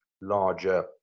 larger